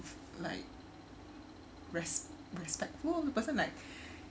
like res~ respectful the person like